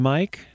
Mike